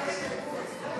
חנין זועבי, דב חנין,